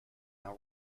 now